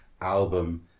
album